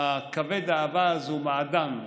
כבד האווז הוא מעדן.